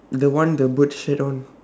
the one the bird shat on